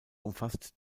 umfasst